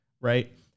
right